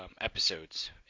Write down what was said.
episodes